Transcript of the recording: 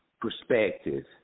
perspective